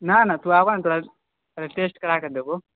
ना ना तू आबह ने तोरा टेस्ट कराके देबौ